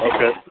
Okay